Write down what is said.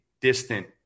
distant